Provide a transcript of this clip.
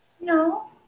No